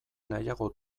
nahiago